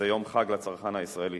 זה יום חג לצרכן הישראלי.